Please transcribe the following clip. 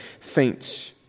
faints